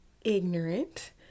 ignorant